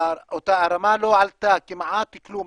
הרמה לא עלתה כמעט כלום,